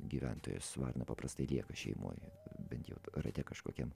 gyventojos varna paprastai lieka šeimoj bet jau rate kažkokiam